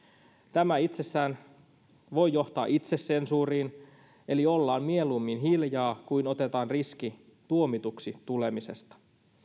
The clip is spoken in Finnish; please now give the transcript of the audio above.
tämä itsessään voi johtaa itsesensuuriin eli ollaan mieluummin hiljaa kuin otetaan riski tuomituksi tulemisesta